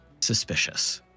suspicious